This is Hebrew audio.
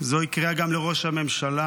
זוהי קריאה גם לראש הממשלה: